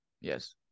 Yes